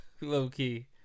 low-key